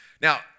Now